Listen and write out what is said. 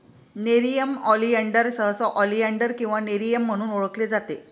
nerium oleander सहसा oleander किंवा nerium म्हणून ओळखले जाते